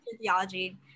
theology